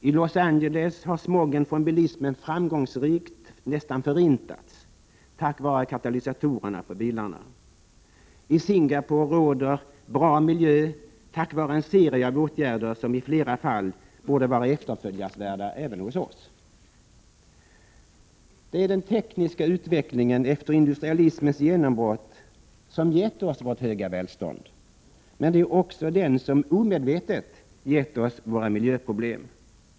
I Los Angeles har smogen från bilismen framgångsrikt nästan förintats tack vare katalysatorerna på bilarna. I Singapore råder bra miljö tack vare en serie av åtgärder som i flera fall borde vara efterföljansvärda även hos oss. Det är den tekniska utvecklingen efter industrialismens genombrott som gett oss vårt höga välstånd, men det är också den som oavsiktligt gett oss våra miljöproblem.